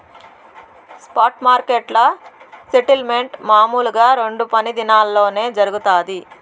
spot మార్కెట్ల settlement మామూలుగా రెండు పని దినాల్లోనే జరగతాది